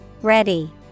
ready